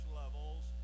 levels